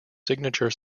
signature